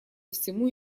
всему